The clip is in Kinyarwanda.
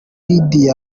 lydie